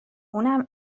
اونم